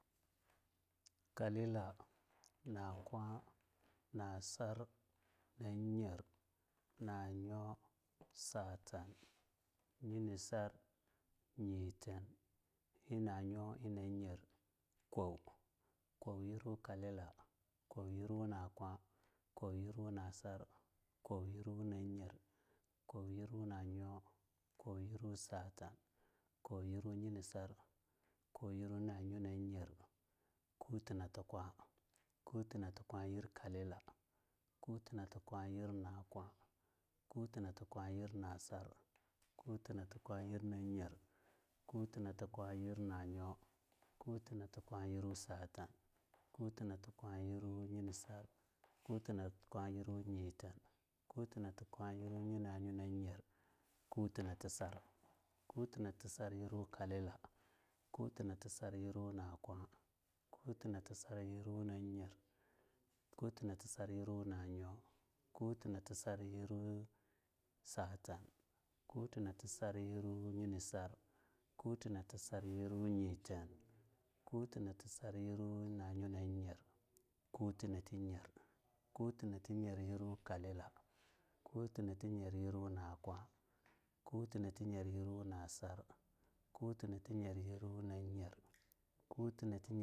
Kalila, na kwa, na sar, na nyir, na nyo, satan, yini sar, nyiten, e nanyo ie na nyir, ko yirwu kalila, ko yirwu nakwa, ko yirwu nasar, ko yirwu nan yer, ko yirwu na nyo, ko yirwu satan, ko yirwu yenisar, ko yirwu nanyo nanye, kuti na ti kwa, kuti na ti kwa yirwu, kalila, kuti nati kwa yirwu nakwa, kuti nati kwa yirwu na sar, kuti nati kwa yirwu na nyer, kuti nati kwa na nyo, kuti nati kwa yirwu sata, kuti nati kwa yirwu nyi nisar, kuti nati kwa nyi ten, kuti nati kwa na nyo ie na yir, kuti nati sar, kuti nati sar, yirwu kalila, kuti nati sar yirwunakwa, kuti nati sar yirwunasar, kuti nati sar yirwu na nyer, kuti nati sar yirwu na nyo, kuti nati sar, yirwu satan, kuti nati sar yirwu nyi nisar, kuti nati sar yirwu, nyiteen, kuti nati sar yirwu na nyo na nyer, kuti nati natinyer yirwu kalila, kuti nati natinyer yirwu nakwa, kuti nati natinyer yirwu nati sar, kuti nati natinyer yirwu na nyer, kuti nati.